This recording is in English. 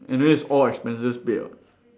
anyway it's all expenses paid [what]